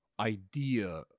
idea